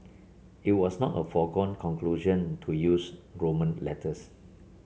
it was not a foregone conclusion to use roman letters